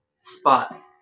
spot